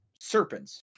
serpents